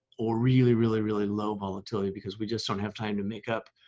or really, really, really low volatility because we just don't have time to make up